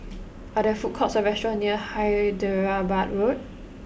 are there food courts or restaurants near Hyderabad Road